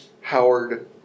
Howard